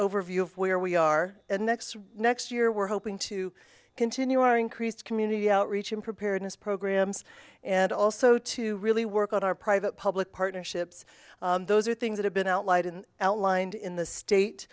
overview of where we are and next next year we're hoping to continue our increased community outreach in preparedness programs and also to really work out our private public partnerships those are things that have been outlined in outlined in the state